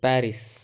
Paris